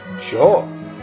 Sure